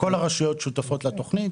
כל הרשויות שותפות לתכנית.